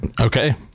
Okay